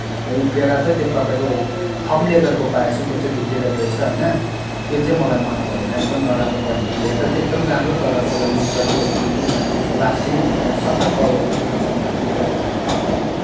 उप्किएर चाहिँ त्यो तपाईँको फम लेदरको पाएँछु त्यो चाहिँ डुप्लिकेट रहेछ होइन त्यो चाहिँ मलाई मनपरेन एकदम नराम्रो क्वालिटीको हेर्दा चाहिँ एकदम राम्रो तर त्यसलाई युज गर्दै गएपछि दुई तिन महिनामा त्यसको लास्टिङै हुँदैन सबै कभरहरू त्यसको चमडाहरू उप्किएर जाने भएको थियो